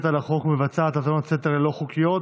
על החוק ומבצעת האזנות סתר לא חוקיות,